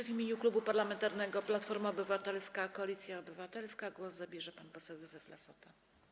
W imieniu Klubu Parlamentarnego Platforma Obywatelska - Koalicja Obywatelska głos zabierze pan poseł Józef Lassota.